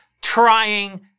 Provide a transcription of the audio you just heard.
trying